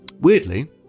Weirdly